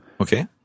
Okay